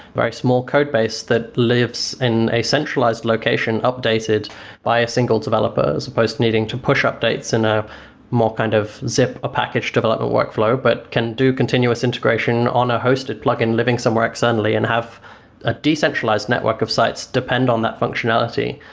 very small code base that lives in a centralized location, updated by a single developer, as opposed to needing to push updates in a more kind of zip a package development workflow, but can do continuous integration on a hosted plugin living somewhere externally and have a decentralized network of sites depend on that functionality,